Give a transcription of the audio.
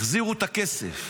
החזירו את הכסף.